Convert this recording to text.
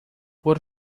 por